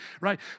right